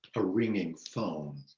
a ringing phone.